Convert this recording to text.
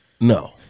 No